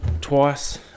twice